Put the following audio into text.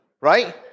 right